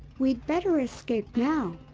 we'd better escape now,